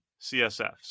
CSF